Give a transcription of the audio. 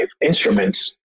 instruments